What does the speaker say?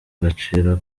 gaciro